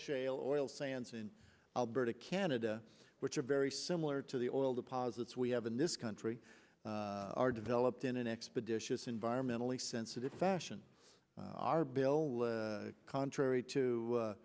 shale oil sands in alberta canada which are very similar to the oil deposits we have in this country are developed in an expeditious environmentally sensitive fashion our bill contrary